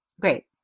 Great